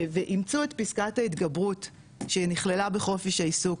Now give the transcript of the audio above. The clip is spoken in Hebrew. ואימצו את פיסקת ההתגברות שנכללה בחופש העיסוק,